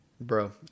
Bro